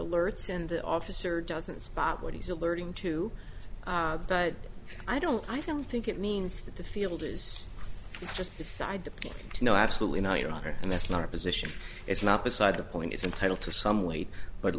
alerts and the officer doesn't spot what he's alerting to but i don't i don't think it means that the field is just beside the point no absolutely not your honor and that's not a position it's not beside the point it's entitled to some weight but